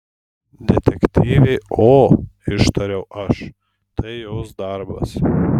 detektyvė o ištariau aš tai jos darbas